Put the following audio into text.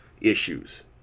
issues